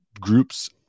groups